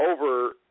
over